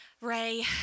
Ray